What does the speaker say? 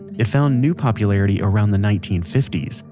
it found new popularity around the nineteen fifty s,